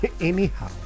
Anyhow